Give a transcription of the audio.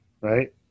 right